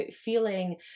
feeling